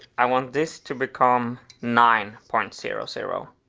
i want this to become nine point zero zero.